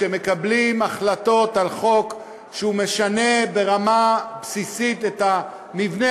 כשמקבלים החלטות על חוק שהוא משנה ברמה בסיסית את המבנה